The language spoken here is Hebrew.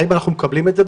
האם אנחנו מקבלים את זה?